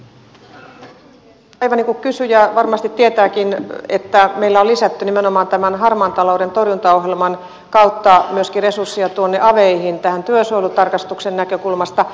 aivan niin kuin kysyjä varmasti tietääkin meillä on lisätty nimenomaan tämän harmaan talouden torjuntaohjelman kautta resursseja myöskin aveihin tämän työsuojelutarkastuksen näkökulmasta